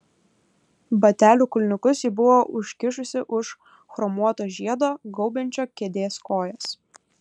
batelių kulniukus ji buvo užkišusi už chromuoto žiedo gaubiančio kėdės kojas